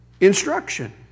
instruction